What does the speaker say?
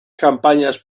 campañas